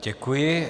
Děkuji.